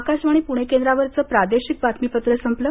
आकाशवाणी पुणे केंद्रावरचं प्रादेशिक बातमीपत्र संपलं